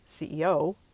ceo